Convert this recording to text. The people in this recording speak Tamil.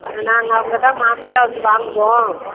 நாங்கள் அங்கே தான் மாமூலாக வந்து வாங்குவோம்